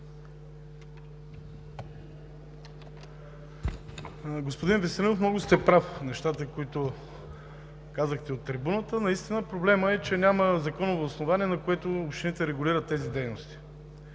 Господин Веселинов, много сте прав за нещата, които казахте от трибуната. Наистина проблемът е, че няма законово основание, на което общините да регулират тези дейности.